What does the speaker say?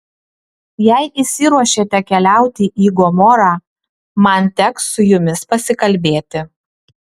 jei išsiruošėte keliauti į gomorą man teks su jumis pasikalbėti